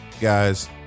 guys